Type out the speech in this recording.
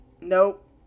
nope